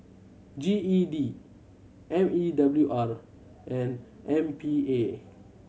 G E D M E W R and M P A